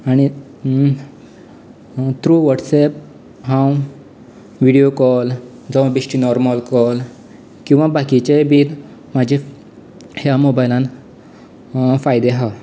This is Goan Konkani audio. आं थ्रू वॉटसऍप हांव विडियो कॉल जावं बेश्टी नॉर्मल कॉल किंवा बाकीचे बीन म्हजे ह्या मोबायलान फायदे आसात